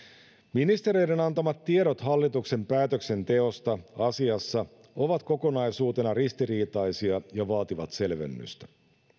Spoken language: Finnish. ministereiden antamat tiedot hallituksen päätöksenteosta asiassa ovat kokonaisuutena ristiriitaisia ja vaativat selvennystä